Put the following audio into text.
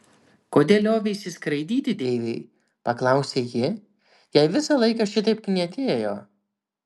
kodėl lioveisi skraidyti deivai paklausė ji jei visą laiką šitaip knietėjo